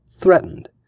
threatened